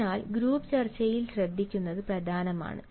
അതിനാൽ ഗ്രൂപ്പ് ചർച്ചയിൽ ശ്രദ്ധിക്കുന്നത് പ്രധാനമാണ്